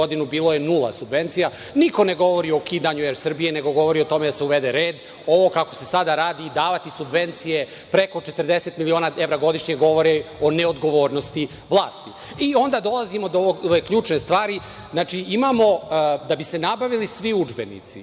bilo je nula subvencija. Niko ne govori o ukidanju „Er Srbije“, nego govori o tome da se uvede red. Ovo kako se sada radi i davati subvencije preko 40 miliona evra godišnje, govori o neodgovornosti vlasti. Onda dolazimo do ove ključne stvari. Da bi se nabavili svi udžbenici,